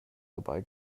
dabei